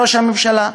ראש הממשלה,